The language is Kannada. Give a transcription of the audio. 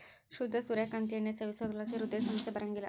ಶುದ್ಧ ಸೂರ್ಯ ಕಾಂತಿ ಎಣ್ಣೆ ಸೇವಿಸೋದ್ರಲಾಸಿ ಹೃದಯ ಸಮಸ್ಯೆ ಬರಂಗಿಲ್ಲ